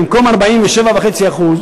במקום 47.5%,